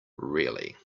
really